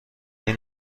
این